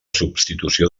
substitució